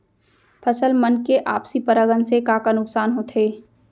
फसल मन के आपसी परागण से का का नुकसान होथे?